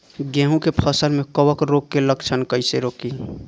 गेहूं के फसल में कवक रोग के लक्षण कईसे रोकी?